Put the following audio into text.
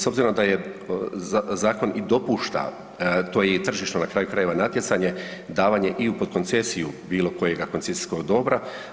S obzirom da je zakon i dopušta to je tržišno na kraju krajeva natjecanje, davanje i u koncesiju bilo kojeg koncesijskog dobra.